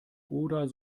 oder